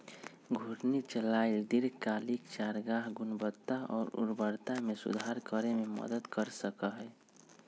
घूर्णी चराई दीर्घकालिक चारागाह गुणवत्ता और उर्वरता में सुधार करे में मदद कर सका हई